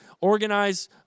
organize